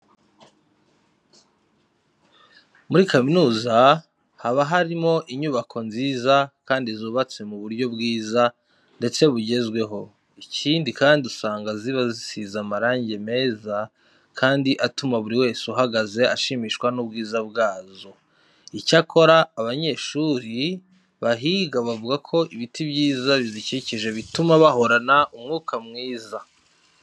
Muri kaminuza haba harimo inyubako nziza kandi zubatse mu buryo bwiza ndetse bugezweho. Ikindi kandi usanga ziba zisize amarange meze kandi atuma buri wese uhageze ashimishwa n'ubwiza bwazo. Icyakora abanyeshuri bahiga bavuga ko ibiti byiza bizikikije bituma hahora umwuka mwiza.